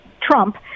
Trump